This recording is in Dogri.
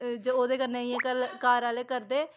ओह्दे कन्नै इ'यां इ'यां घर आह्ले करदे